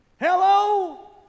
Hello